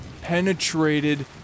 penetrated